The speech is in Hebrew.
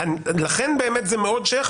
לכן זה באמת מאוד שייך,